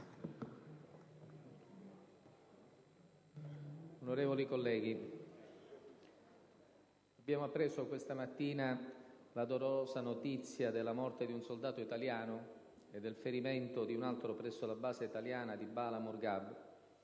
Onorevoli colleghi, abbiamo appreso questa mattina la dolorosa notizia della morte di un soldato italiano e del ferimento di un altro presso la base italiana di Bala Murghab,